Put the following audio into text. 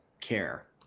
care